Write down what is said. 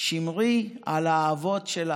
שמרי על האהבות שלך,